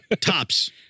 tops